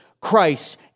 Christ